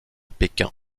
pékin